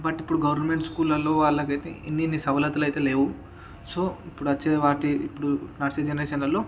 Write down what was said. but ఇప్పుడు government స్కూళ్లల్లో వాళ్ళకైతే ఇన్నిన్ని సవలతులైతే లేవు సో ఇప్పుడు వచ్చేవాటి ఇప్పుడు నడిచే జెనరేషన్లలో